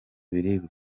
biribwa